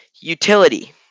Utility